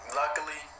luckily